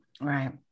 right